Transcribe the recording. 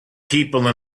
people